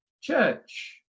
church